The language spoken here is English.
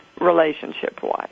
relationship-wise